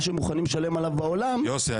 מה שמוכנים לשלם עליו בעולם --- יוסי,